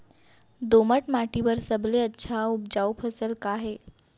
दोमट माटी बर सबले अच्छा अऊ उपजाऊ फसल का हे?